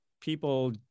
people